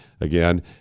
Again